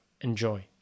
Enjoy